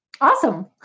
Awesome